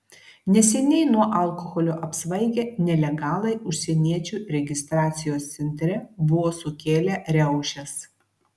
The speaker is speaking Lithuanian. neseniai nuo alkoholio apsvaigę nelegalai užsieniečių registracijos centre buvo sukėlę riaušes